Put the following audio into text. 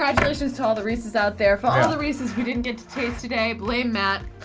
congratulations to all the reese's out there, for all the reese's we didn't get to taste today, blame matt.